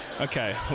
Okay